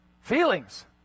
feelings